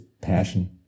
passion